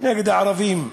נגד הערבים.